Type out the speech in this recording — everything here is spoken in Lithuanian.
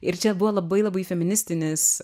ir čia buvo labai labai feministinis